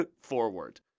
forward